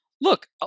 Look